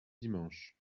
dimanche